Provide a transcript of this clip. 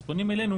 אז פונים אלינו